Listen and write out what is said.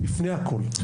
לפני הכול.